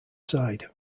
side